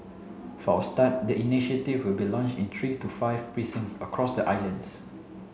for a start the initiative will be launched in three to five precincts across the islands